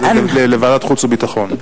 אז לוועדת החוץ והביטחון.